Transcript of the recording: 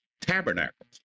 tabernacles